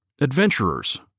Adventurers